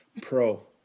pro